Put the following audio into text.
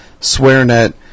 Swearnet